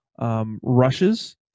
Rushes